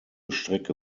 strecke